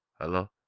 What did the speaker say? Hello